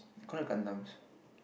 we called that gun dams